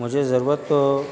مجھے ضرورت تو